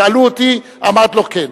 שאלו אותי, אמרתי "כן".